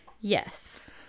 yes